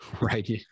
Right